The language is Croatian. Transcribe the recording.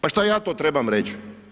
Pa šta ja to trebam reći?